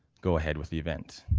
go ahead with the event.